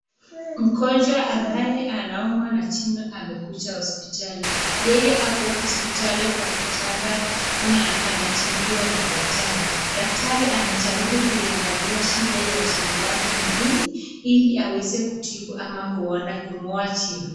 Mgonjwa ambaye anaumwa na jino amekuja hospitali. Yeye ako hospitali kwa kitanda na anatibiwa na daktari. Daktari anajaribu kuangalia shida ya jino ni nini? Ili aweze kutibu ama kung'oa jino.